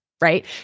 right